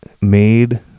made